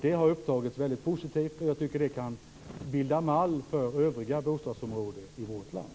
Det har mottagits positivt, och det kan bilda mall för övriga bostadsområden i vårt land.